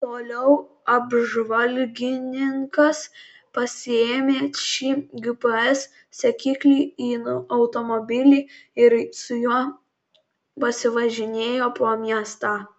toliau apžvalgininkas pasiėmė šį gps sekiklį į automobilį ir su juo pasivažinėjo po miestą